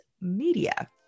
media